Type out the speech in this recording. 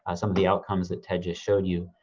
ah some of the outcomes that ted just showed you.